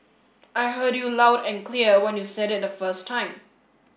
I heard you loud and clear when you said it the first time